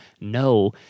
No